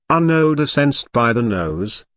an odour sensed by the nose,